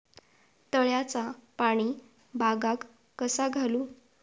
तळ्याचा पाणी बागाक कसा घालू?